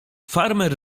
farmer